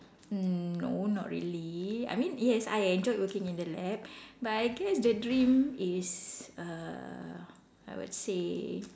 no not really I mean yes I enjoyed working in the lab but I guess the dream is err I would say